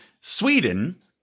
Sweden